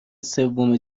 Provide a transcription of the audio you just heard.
سوم